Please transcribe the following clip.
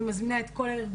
אני מזמינה את כל הארגונים,